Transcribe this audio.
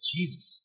Jesus